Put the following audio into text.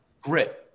grit